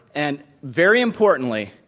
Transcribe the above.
and very importantly,